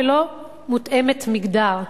ולא מותאמת מגדר.